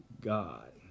God